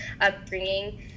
upbringing